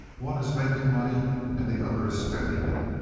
one is making money and the other is spending it.